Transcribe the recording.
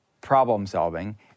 problem-solving